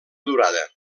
durada